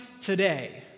today